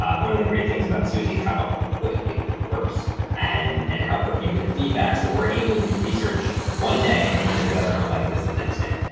um one of the great things about suzy is how quick it works and and how quick you get feedback. so we're able to do research one day and launch a webinar like this the next day.